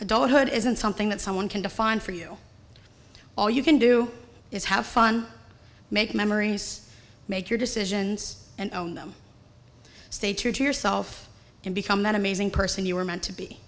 adulthood isn't something that someone can define for you all you can do is have fun make memories make your decisions and stay true to yourself and become an amazing person you were meant to be